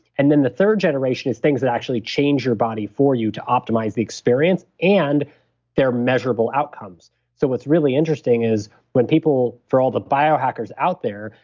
and then the third generation is things that actually change your body for you to optimize the experience and they're measurable outcomes so what's really interesting is when people, for all the biohackers out there,